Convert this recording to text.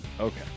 okay